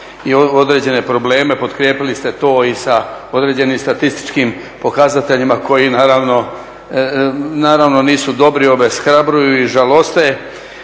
i određene probleme, potkrijepili ste to i sa određenim statističkim pokazateljima koji naravno nisu dobri, obeshrabruju i žaloste,